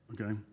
okay